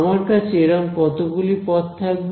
আমার কাছে এরম কতগুলি পদ থাকবে